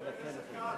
חבר הכנסת כץ,